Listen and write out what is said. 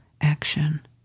action